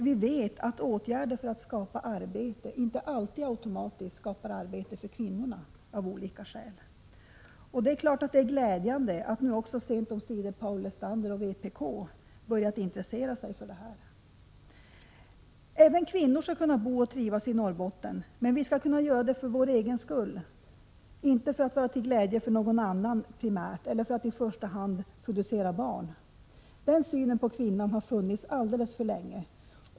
Vi vet att åtgärder för att skapa arbete inte alltid automatiskt skapar arbete för kvinnorna, av olika skäl. Det är naturligtvis glädjande att även Paul Lestander och vpk sent omsider har börjat intressera sig för detta. Även kvinnor skall kunna bo och trivas i Norrbotten, men de skall göra det för sin egen skull, inte för att vara till glädje för någon annan eller för att i första hand producera barn. Den synen på kvinnan har funnits alldeles för länge.